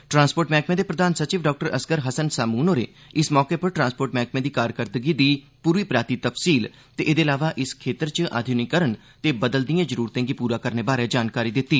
transport विभाग दे प्रधान सचिव डा असगर हसन सामून होरें इस मौके पर ट्रांसपोर्ट मैहकमे दी कारकर्दगी दी पूरी पराती तफसील ते एहदे अलावा इस खेत्तर इच आधुनिकीकरण ते बदलदी जरूरतें गी पूरा करने बारै जानकारी दिती